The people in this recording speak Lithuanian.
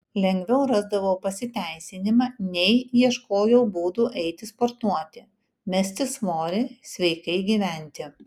lengviau rasdavau pasiteisinimą nei ieškojau būdų eiti sportuoti mesti svorį sveikai gyventi